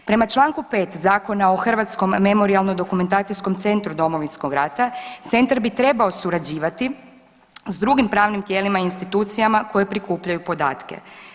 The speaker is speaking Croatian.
Prema čl. 5. Zakona o Hrvatskom memorijalno dokumentacijskom centru Domovinskog rata centar bi trebao surađivati s drugim pravnim tijelima i institucijama koje prikupljaju podatke.